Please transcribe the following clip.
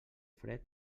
fred